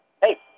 Hey